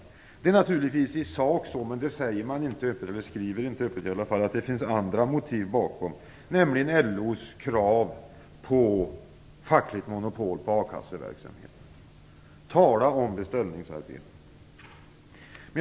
I sak finns det naturligtvis andra motiv bakom, fast det säger eller skriver man inte öppet, nämligen LO:s krav på fackligt monopol på akasseverksamheten. Tala om beställningsarbete!